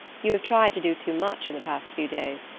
you have tried to do too much in the past few days.